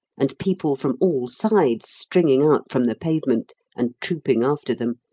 and people from all sides stringing out from the pavement and trooping after them,